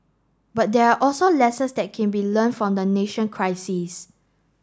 but there are also lessons that can be learnt from the nation crisis